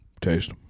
Taste